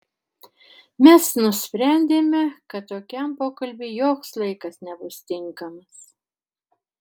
mes nusprendėme kad tokiam pokalbiui joks laikas nebus tinkamas